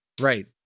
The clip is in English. Right